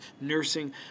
nursing